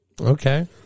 Okay